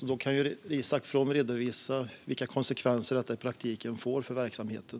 Isak From kan ju redovisa vilka konsekvenser detta i praktiken får för verksamheten.